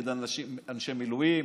אנשים נגד אנשי מילואים.